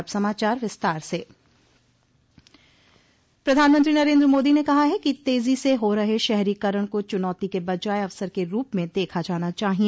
अब समाचार विस्तार से प्रधानमंत्री नरेन्द्र मोदी ने कहा है कि तेजी से हो रहे शहरीकरण को चुनौती के बजाय अवसर के रूप में देखा जाना चाहिए